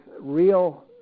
real